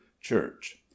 church